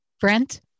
Brent